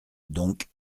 donc